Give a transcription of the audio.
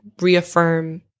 reaffirm